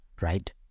right